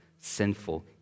sinful